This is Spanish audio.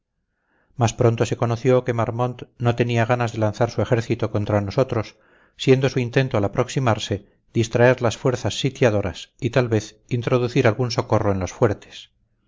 mas pronto se conoció que marmont no tenía ganas de lanzar su ejército contra nosotros siendo su intento al aproximarse distraer las fuerzas sitiadoras y tal vez introducir algún socorro en los fuertes